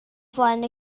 flaen